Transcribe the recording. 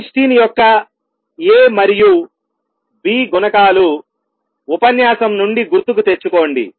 Einstein యొక్క A మరియు B గుణకాలు ఉపన్యాసం నుండి గుర్తుకు తెచ్చుకోండి